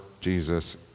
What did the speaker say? Jesus